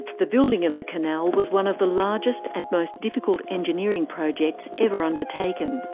the building of the canal was one of the largest and most difficult engineering projects ever undertaken.